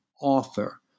author